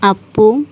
Appu